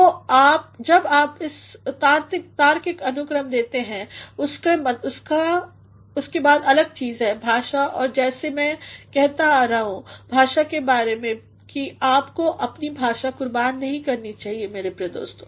तो जब आप इसेतार्किकअनुक्रम देते हैं उसके बाद अगला चीज़ है भाषा और जैसा मै कहते आ रहा हूँ भाषा के बारे में कि आपको अपनी भाषा कुर्बान नहीं करनी चाहिए मेरे प्रिय दोस्तों